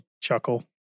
chuckle